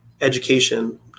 education